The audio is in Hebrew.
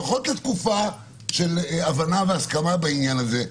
לפחות לתקופה של הבנה והסכמה בעניין הזה,